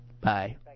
Bye